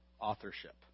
authorship